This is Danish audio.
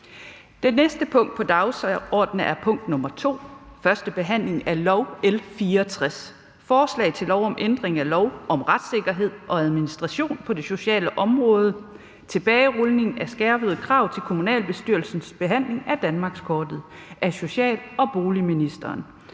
Det næste punkt på dagsordenen er: 2) 1. behandling af lovforslag nr. L 64: Forslag til lov om ændring af lov om retssikkerhed og administration på det sociale område. (Tilbagerulning af skærpede krav til kommunalbestyrelsens behandling af danmarkskortet). Af social- og boligministeren